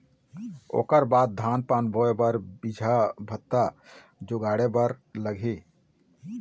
ओखर बाद धान पान बोंय बर बीजहा भतहा जुगाड़े बर लगही